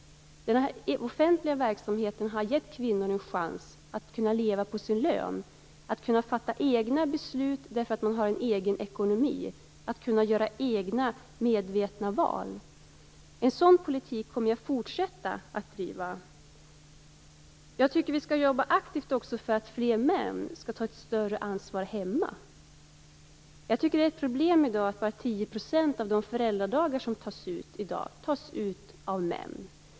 Den offentliga verksamheten har gett kvinnor en chans att kunna leva på sin lön, att kunna fatta egna beslut därför att man har egen ekonomi och att kunna göra egna medvetna val. En sådan politik kommer jag att fortsätta att driva. Jag tycker också att vi skall jobba aktivt för att fler män skall ta ett större ansvar hemma. Jag tycker att det är ett problem att bara 10 % av de föräldradagar som tas ut i dag tas ut av män.